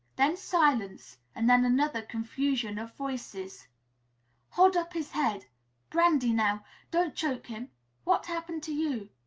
then silence and then another confusion of voices hold up his head brandy now don't choke him what happened to you?